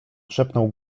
szepnął